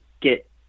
get